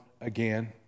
again